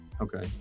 okay